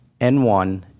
N1